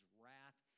wrath